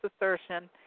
assertion